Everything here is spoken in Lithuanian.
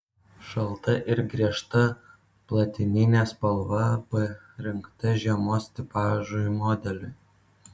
šalta ir griežta platininė spalva parinkta žiemos tipažui modeliui